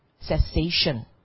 cessation